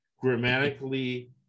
grammatically